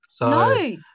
No